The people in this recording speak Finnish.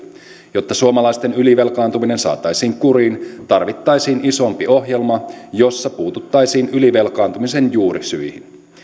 jotta suomalaisten ylivelkaantuminen saataisiin kuriin tarvittaisiin isompi ohjelma jossa puututtaisiin ylivelkaantumisen juurisyihin